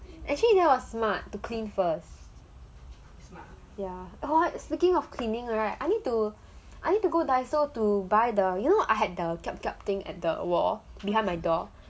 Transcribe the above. actually that was smart to clean first ya oh speaking of cleaning right I need to I need to go daiso to buy the you know I had the kiap kiap thing at the wall behind my door